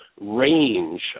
range